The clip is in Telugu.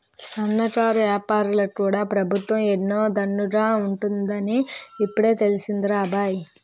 సన్నకారు ఏపారాలకు కూడా పెబుత్వం ఎన్ను దన్నుగా ఉంటాదని ఇప్పుడే తెలిసిందిరా అబ్బాయి